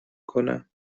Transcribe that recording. کنم